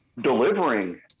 delivering